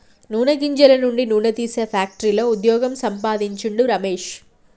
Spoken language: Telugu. నూనె గింజల నుండి నూనె తీసే ఫ్యాక్టరీలో వుద్యోగం సంపాందించిండు రమేష్